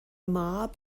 mab